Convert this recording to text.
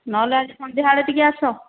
ନହେଲେ ଆଜି ସନ୍ଧ୍ୟାବେଳେ ଟିକେ ଆସ